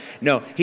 No